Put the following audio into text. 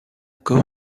corps